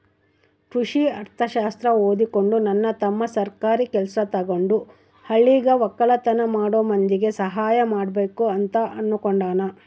ಕೃಷಿ ಅರ್ಥಶಾಸ್ತ್ರ ಓದಿಕೊಂಡು ನನ್ನ ತಮ್ಮ ಸರ್ಕಾರಿ ಕೆಲ್ಸ ತಗಂಡು ಹಳ್ಳಿಗ ವಕ್ಕಲತನ ಮಾಡೋ ಮಂದಿಗೆ ಸಹಾಯ ಮಾಡಬಕು ಅಂತ ಅನ್ನುಕೊಂಡನ